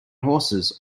horses